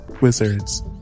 wizards